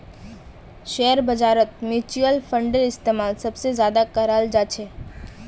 share बाजारत mutual फंडेर इस्तेमाल सबसे ज्यादा कराल जा छे